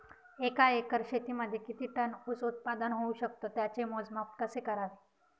एका एकर शेतीमध्ये किती टन ऊस उत्पादन होऊ शकतो? त्याचे मोजमाप कसे करावे?